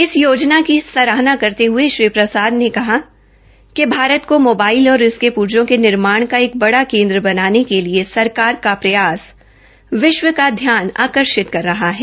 इस योध ना की सराहना करते हये श्री प्रसाद ने कहा कि भारत को मोबाइल और इसके प्र्रो के निर्माण का बड़ा केन्द्र बनाने के लिए सरकार का प्रयास विश्व का ध्यान आकर्षित कर रहा है